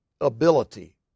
ability